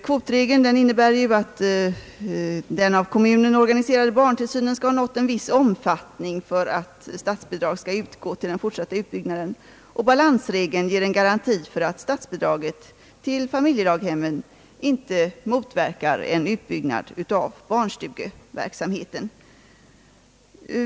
Kvotregeln innebär ju att den av kommunen organiserade barntillsynen skall ha nått en viss omfattning för att statsbidrag skall utgå till den fortsatta utbyggnaden, och balansregeln ger en garanti för att statsbidraget till familjedaghemmen inte motverkar en utbyggnad av barnstugeverksamheten.